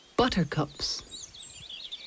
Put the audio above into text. Buttercups